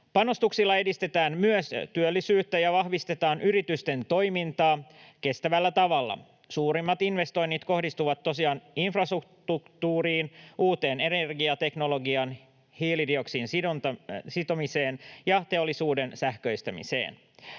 Panostuksilla edistetään myös työllisyyttä ja vahvistetaan yritysten toimintaa kestävällä tavalla. Suurimmat investoinnit kohdistuvat tosiaan infrastruktuuriin, uuteen energiateknologiaan, hiilidioksidin sitomiseen ja teollisuuden sähköistämiseen.